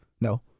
No